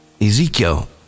Ezekiel